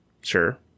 Sure